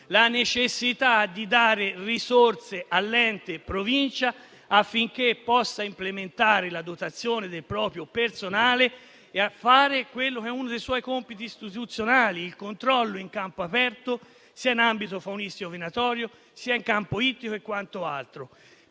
la necessità di dare risorse all'ente Provincia affinché possa implementare la dotazione del proprio personale e fare quello che è uno dei suoi compiti istituzionali, ossia il controllo in campo aperto sia in ambito faunistico-venatorio, sia in campo ittico e quant'altro.